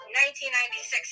1996